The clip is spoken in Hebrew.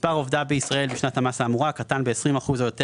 מספר עובדיו בישראל בשנת המס המורה קטן ב-20 אחוזים או יותר